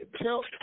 tell